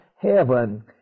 heaven